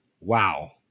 wow